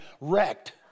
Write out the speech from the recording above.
wrecked